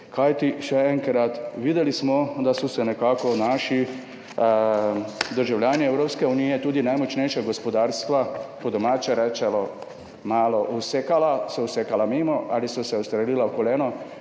Kajti, še enkrat, videli smo, da so nekako naši državljani Evropske unije in tudi najmočnejša gospodarstva po domače rečeno malo usekala mimo ali so se ustrelila v koleno,